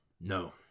No